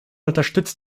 unterstützt